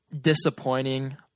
disappointing